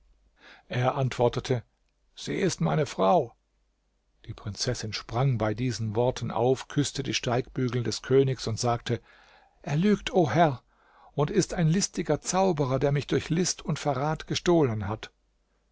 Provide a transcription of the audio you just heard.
er antwortete sie ist meine frau die prinzessin sprang bei diesen worten auf küßte die steigbügel des königs und sagte er lügt o herr und ist ein listiger zauberer der mich durch list und verrat gestohlen hat